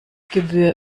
gebühr